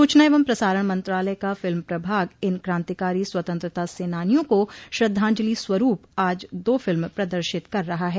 सूचना एवं प्रसारण मंत्रालय का फिल्म प्रभाग इन क्रांतिकारी स्वतंत्रता सेनानियों को श्रद्वांजलि स्वरूप आज दो फिल्म प्रदर्शित कर रहा है